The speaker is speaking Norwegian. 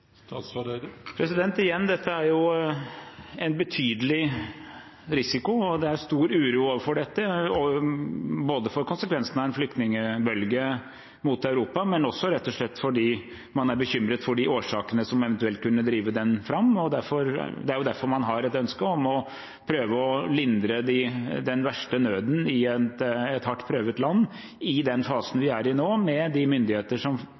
Igjen: Dette er jo en betydelig risiko, og det er stor uro for dette, både for konsekvensene av en flyktningbølge mot Europa og også rett og slett for de årsakene som eventuelt kunne drive den fram. Det er derfor man har et ønske om å prøve å lindre den verste nøden i et hardt prøvet land i den fasen vi er i nå, med de myndigheter som